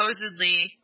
supposedly